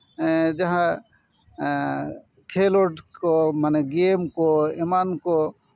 ᱡᱟᱦᱟᱸ ᱠᱷᱮᱞᱳᱰ ᱠᱚ ᱢᱟᱱᱮ ᱜᱮ ᱢ ᱠᱚ ᱮᱢᱟᱱ ᱠᱚ